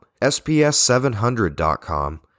SPS700.com